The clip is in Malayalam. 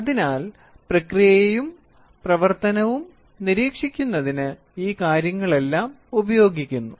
അതിനാൽ പ്രക്രിയയും പ്രവർത്തനവും നിരീക്ഷിക്കുന്നതിന് ഈ കാര്യങ്ങളെല്ലാം ഉപയോഗിക്കുന്നു